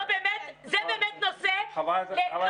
זה באמת נושא --- חברת הכנסת שטרית.